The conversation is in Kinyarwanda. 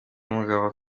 mugabo